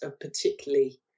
particularly